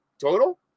total